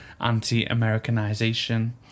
anti-americanization